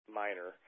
minor